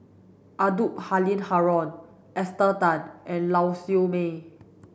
Abdul Halim Haron Esther Tan and Lau Siew Mei